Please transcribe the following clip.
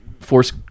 Force